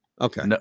Okay